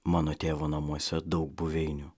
mano tėvo namuose daug buveinių